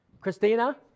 Christina